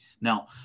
now